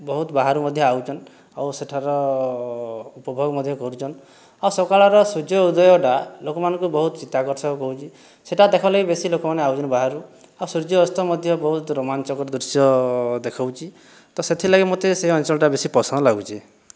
ବହୁତ ବାହାରୁ ମଧ୍ୟ ଆସୁଛନ୍ ଆଉ ସେଠାର ଉପଭୋଗ ମଧ୍ୟ କରୁଛନ୍ ଆଉ ସକାଳର ସୂର୍ଯ୍ୟ ଉଦୟଟା ଲୋକମାନଙ୍କୁ ବହୁତ ଚିତ୍ତାକର୍ଷକ କରୁଛି ସେଟା ଦେଖ୍ବା ଲାଗି ବେଶୀ ଲୋକମାନେ ଆସୁଛନ୍ ବାହାରୁ ଆଉ ସୂର୍ଯ୍ୟ ଅସ୍ତ ମଧ୍ୟ ବହୁତ ରୋମାଞ୍ଚକର ଦୃଶ୍ୟ ଦେଖାଉଛି ତ ସେଥିଲାଗି ମୋତେ ସେ ଅଞ୍ଚଳଟା ବେଶୀ ପସନ୍ଦ ଲାଗୁଛି